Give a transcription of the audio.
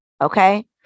okay